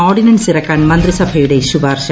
ordinance ഇറക്കാൻ മന്ത്രിസഭയുടെ ശുപാർശ